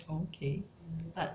okay but